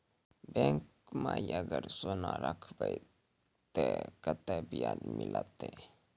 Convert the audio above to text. Bank माई अगर सोना राखबै ते कतो ब्याज मिलाते?